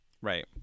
right